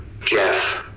Jeff